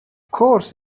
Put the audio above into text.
course